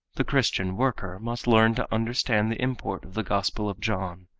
the christian worker must learn to understand the import of the gospel of john.